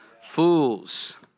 fools